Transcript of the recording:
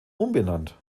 umbenannt